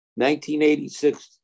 1986